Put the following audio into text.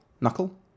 Knuckle